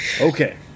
Okay